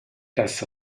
das